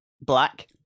black